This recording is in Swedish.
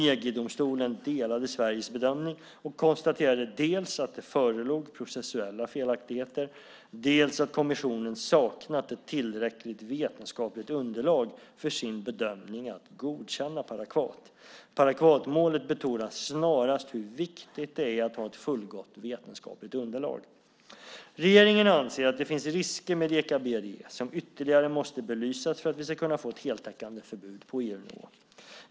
EG-domstolen delade Sveriges bedömning och konstaterade dels att det förelåg processuella felaktigheter, dels att kommissionen saknat ett tillräckligt vetenskapligt underlag för sin bedömning att godkänna parakvat. Parakvatmålet betonar snarast hur viktigt det är att ha ett fullgott vetenskapligt underlag. Regeringen anser att det finns risker med deka-BDE som ytterligare måste belysas för att vi ska kunna nå ett heltäckande förbud på EU-nivå.